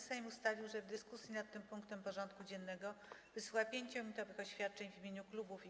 Sejm ustalił, że w dyskusji nad tym punktem porządku dziennego wysłucha 5-minutowych oświadczeń w imieniu klubów i kół.